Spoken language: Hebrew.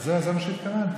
אז זה מה שהתכוונתי.